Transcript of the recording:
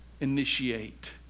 initiate